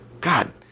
God